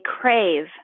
crave